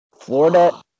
Florida